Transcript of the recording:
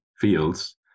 fields